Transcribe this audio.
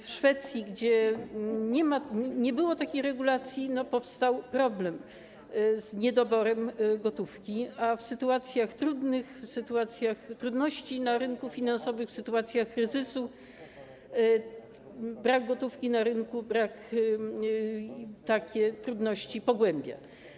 W Szwecji, gdzie nie było takiej regulacji, powstał problem z niedoborem gotówki, a w sytuacjach trudnych, w sytuacjach trudności na rynku finansowym, w sytuacjach kryzysu brak gotówki na rynku takie trudności pogłębia.